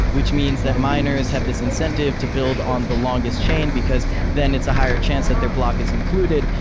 which means that miners have this incentive to build on the longest chain, because then it's a higher chance that their block is included.